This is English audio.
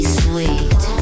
sweet